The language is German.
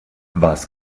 was